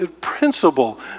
principle